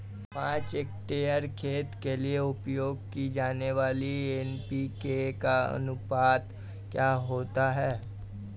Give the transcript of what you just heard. पाँच हेक्टेयर खेत के लिए उपयोग की जाने वाली एन.पी.के का अनुपात क्या होता है?